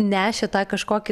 nešė tą kažkokį